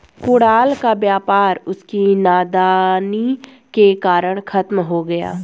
कुणाल का व्यापार उसकी नादानी के कारण खत्म हो गया